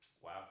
Wow